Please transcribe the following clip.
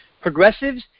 Progressives